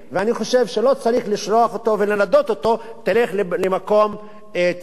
ואני חושב שלא צריך לשלוח אותו ולנדות אותו: תלך למקום טיפולי,